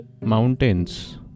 mountains